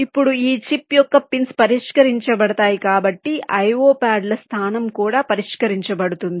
ఇప్పుడు ఈ చిప్ యొక్క పిన్స్ పరిష్కరించబడతాయి కాబట్టి IO ప్యాడ్ల స్థానం కూడా పరిష్కరించబడుతుంది